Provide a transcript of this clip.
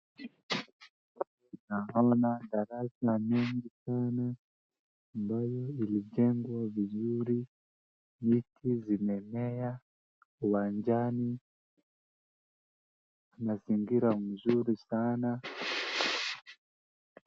Naona madarasa mengi sana ambayo yamejengwa vizuri na miti imemea vizuri uwanjani. Ni mazingira mazuri sana.